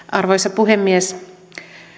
arvoisa puhemies